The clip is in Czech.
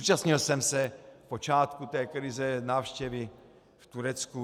Zúčastnil jsem se v počátku té krize návštěvy v Turecku.